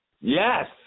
Yes